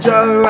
Joe